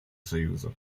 союза